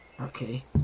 Okay